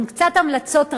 הן קצת המלצות רזות.